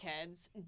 kids